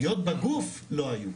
פגיעות בגוף לא היו.